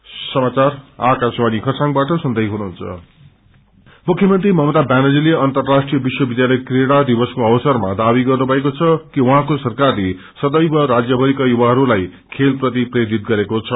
sports day मुख्यमंत्री ममता व्व्यानर्जीले अन्त्रराष्ट्रिय विश्वविध्यालय क्रीड़ा दिवसाको अवारमा दावी गर्नुभएको छ कि उहाँको सरकारले सदैव राज्यभरिका युवाहरूलाई खेलप्रति प्रेरित गरेको छ